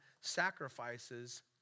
sacrifices